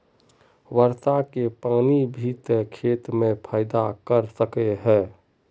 वर्षा के पानी भी ते खेत में फायदा कर सके है?